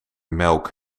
melk